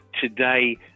today